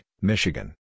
Michigan